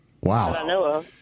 Wow